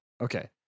Okay